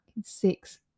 six